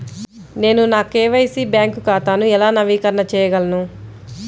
నేను నా KYC bank ఖాతాను ఎలా నవీకరణ చేయగలను?